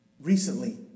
recently